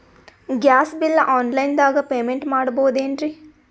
Gas bill online ದಾಗ payment ಮಾಡಬೋದೇನ್ರಿ?